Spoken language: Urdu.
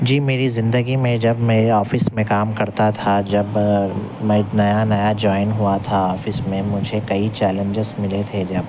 جی میری زندگی میں جب میں آفس میں کام کرتا تھا جب میں ایک نیا نیا جوائن ہوا تھا آفس میں مجھے کئی چیلنجز ملے تھے جب